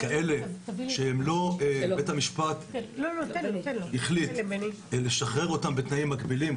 כאלה שבית המשפט החליט לשחרר אותם בתנאים מגבילים,